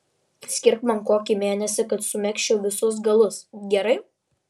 skirk man kokį mėnesį kad sumegzčiau visus galus gerai